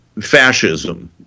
fascism